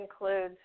includes